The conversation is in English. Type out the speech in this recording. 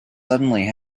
suddenly